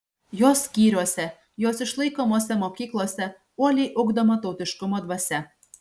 jos skyriuose jos išlaikomose mokyklose uoliai ugdoma tautiškumo dvasia